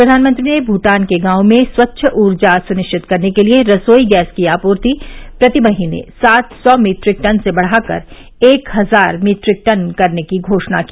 प्रधानमंत्री ने भूटान के गांवों में स्वच्छ ऊर्जा सुनिश्चित करने के लिए रसोई गैस की आपूर्ति प्रति महीने सात सौ मीट्रिक टन से बढ़ाकर एक हजार मीट्रिक टन करने की घोषणा की